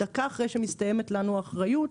דקה אחרי שמסתיימת לנו האחריות.